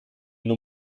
non